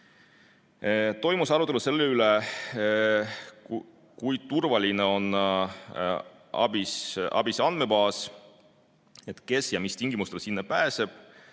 Toimus arutelu selle üle, kui turvaline on ABIS-andmebaas ja kes ja mis tingimustel sinna pääseb.